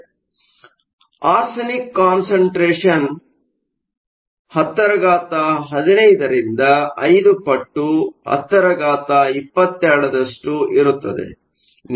ಆದ್ದರಿಂದ arsenic concentration 1015 ರಿಂದ 5 ಪಟ್ಟು 1022 ದಷ್ಟು ಇರುತ್ತದೆ